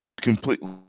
completely